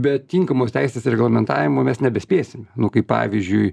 be tinkamos teisės reglamentavimo mes nebespėsime nu kaip pavyzdžiui